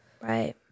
Right